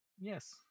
Yes